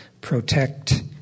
Protect